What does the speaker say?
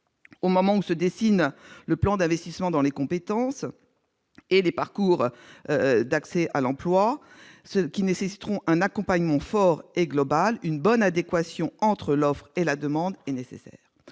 Au moment où se dessine le plan d'investissement dans les compétences et les parcours d'accès à l'emploi, qui nécessiteront un accompagnement fort et global, une bonne adéquation entre l'offre et la demande est nécessaire.